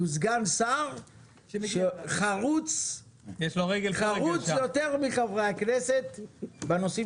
הוא סגן שר שחרוץ יותר מחברי הכנסת בנושאים